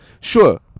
sure